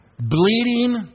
Bleeding